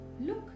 Look